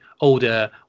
older